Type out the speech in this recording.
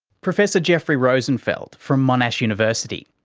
professor jeffrey rosenfeld from monash university.